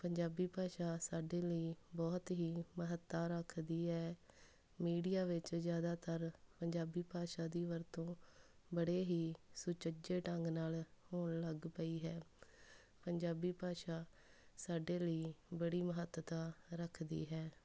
ਪੰਜਾਬੀ ਭਾਸ਼ਾ ਸਾਡੇ ਲਈ ਬਹੁਤ ਹੀ ਮਹੱਤਤਾ ਰੱਖਦੀ ਐ ਮੀਡੀਆ ਵਿੱਚ ਜ਼ਿਆਦਾਤਰ ਪੰਜਾਬੀ ਭਾਸ਼ਾ ਦੀ ਵਰਤੋਂ ਬੜੇ ਹੀ ਸੁਚੱਜੇ ਢੰਗ ਨਾਲ ਹੋਣ ਲੱਗ ਪਈ ਹੈ ਪੰਜਾਬੀ ਭਾਸ਼ਾ ਸਾਡੇ ਲਈ ਬੜੀ ਮਹੱਤਤਾ ਰੱਖਦੀ ਹੈ